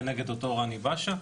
כנגד אותו ראני באשה,